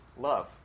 love